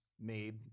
made